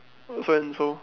so and so